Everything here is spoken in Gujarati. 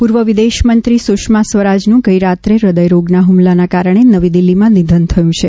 પૂર્વ વિદેશમંત્રી સુષ્મા સ્વરાજનું ગઇ રાત્રે હૃદયરોગના હુમલાના કારણે નવી દિલ્હીમાં નિધન થયું છે